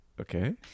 Okay